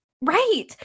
right